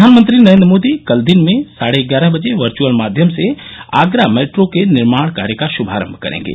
प्रधानमंत्री नरेन्द्र मोदी कल दिन में साढे ग्यारह बजे वर्यअल माध्यम से आगरा मेट्रो के निर्माण कार्य का शुभारंभ करेंगे